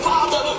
Father